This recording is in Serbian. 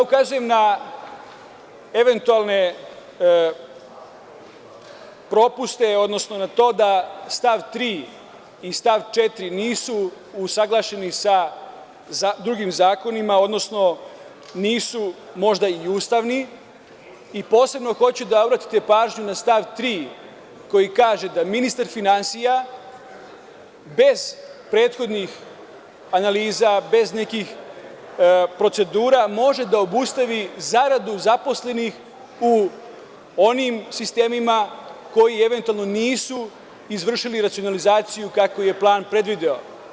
Ukazujem na eventualne propuste, odnosno na to da stav 3. i stav 4. nisu usaglašeni sa drugim zakonima, odnosno nisu možda i ustavni i posebno hoću da obratite pažnju na stav 3. koji kaže – da ministar finansija bez prethodnih analiza, bez nekih procedura može da obustavi zaradu zaposlenih u onim sistemima koji eventualno nisu izvršili racionalizaciju kakvu je plan predvideo.